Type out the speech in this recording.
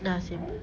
ya same